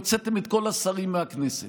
הוצאתם את כל השרים מהכנסת.